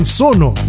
sono